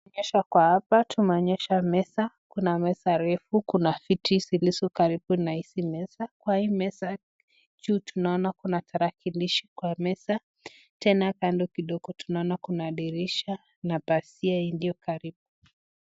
Tunaonyeshwa kwa hapa tumeonyeshwa meza, kuna meza refu, kuna viti zilizo karibu na hizi meza, kwa hii meza juu tunaona kuna tarakilishi kwa meza, tena kando kidigo tunaona kuna dirisha na pazia iliyo karibu.